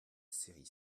série